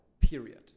period